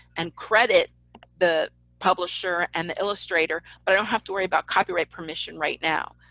and credit the publisher and the illustrator, but i don't have to worry about copyright permission right now.